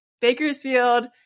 Bakersfield